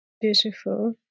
beautiful